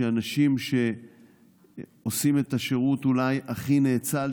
שאנשים שעושים את השירות אולי הכי נאצל,